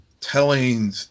telling